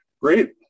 Great